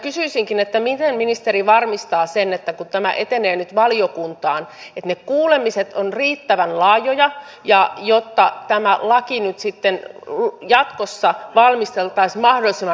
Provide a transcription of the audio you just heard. kysyisinkin miten ministeri varmistaa sen kun tämä etenee nyt valiokuntaan että ne kuulemiset ovat riittävän laajoja ja että tämä laki nyt sitten jatkossa valmisteltaisiin mahdollisimman avoimesti